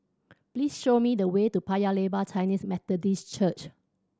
please show me the way to Paya Lebar Chinese Methodist Church